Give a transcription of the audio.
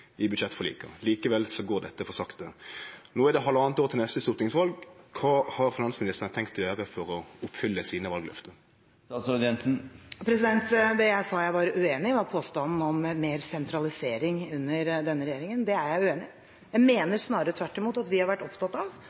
i budsjettforliket. Likevel går dette for sakte. No er det halvanna år til neste stortingsval – kva har finansministeren tenkt å gjere for å oppfylle sine valløfte? Det jeg sa jeg var uenig i, var påstanden om mer sentralisering under denne regjeringen – det er jeg uenig i. Jeg mener snarere tvert imot at vi har vært opptatt av